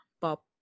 pop